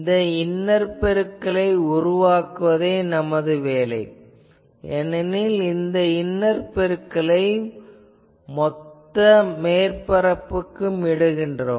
இந்த இன்னர் பெருக்கலை உருவாக்குவதே நமது வேலை ஏனெனில் இந்த இன்னர் பெருக்கலை மொத்த மேற்பரப்புக்கும் இடுகிறோம்